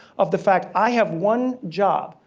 of the fact, i have one job,